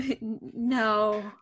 no